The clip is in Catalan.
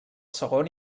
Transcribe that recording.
segon